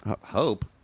Hope